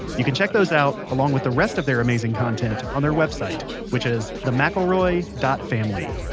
you can check those out, along with the rest of their amazing content, on their website which is the mcelroy dot family.